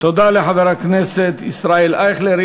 תודה לחבר הכנסת ישראל אייכלר.